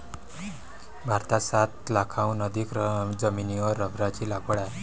भारतात सात लाखांहून अधिक जमिनीवर रबराची लागवड आहे